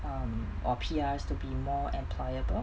um or P_Rs to be more employable